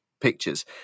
pictures